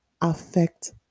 affect